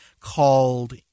called